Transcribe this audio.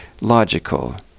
logical